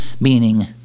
meaning